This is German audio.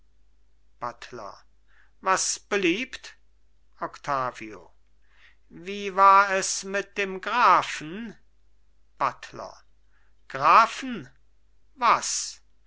buttler was beliebt octavio wie war es mit dem grafen buttler grafen was